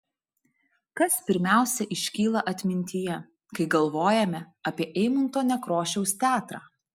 kas pirmiausia iškyla atmintyje kai galvojame apie eimunto nekrošiaus teatrą